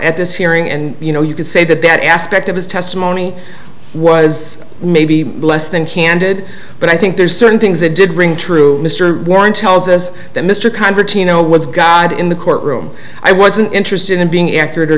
at this hearing and you know you could say that that aspect of his testimony was maybe less than candid but i think there's certain things that did ring true mr warren tells us that mr convertino was god in the courtroom i wasn't interested in being accurate or